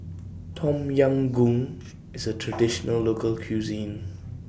Tom Yam Goong IS A Traditional Local Cuisine